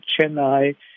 Chennai